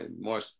more